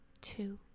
Two